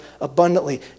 abundantly